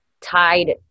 tied